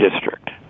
district